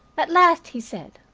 at last he said